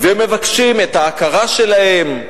ומבקשים את ההכרה שלהם.